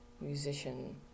musician